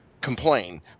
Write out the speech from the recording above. complain